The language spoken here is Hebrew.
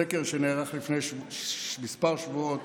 סקר שנערך לפני כמה שבועות